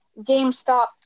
GameStop